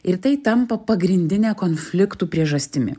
ir tai tampa pagrindine konfliktų priežastimi